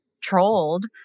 trolled